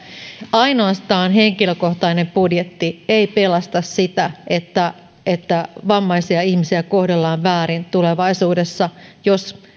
ainoastaan henkilökohtainen budjetti ei pelasta sitä että että vammaisia ihmisiä kohdellaan väärin tulevaisuudessa jos